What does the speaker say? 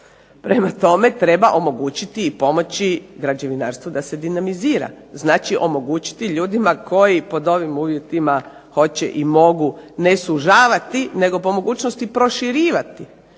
Prema tome, treba omogućiti i pomoći građevinarstvu da se dinamizira, znači omogućiti ljudima koji pod ovim uvjetima hoće i mogu ne sužavati nego po mogućnosti proširivati